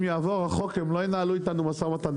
אם יעבור החוק הם לא ינהלו איתנו משא ומתן,